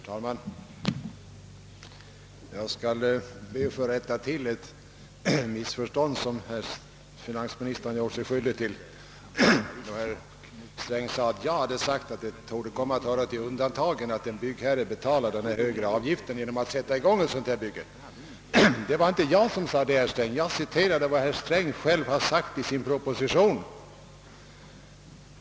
Herr talman! Jag skall be att få rätta ett missförstånd som finansministern gjorde sig skyldig till. Herr Sträng sade att jag hade sagt att det torde komma att höra till undantagen att en byggherre betalade denna högre avgift för att få sätta i gång ett sådant bygge. Det var inte jag som sade det, herr Sträng. Jag citerade endast vad herr Sträng själv sagt i sin proposition.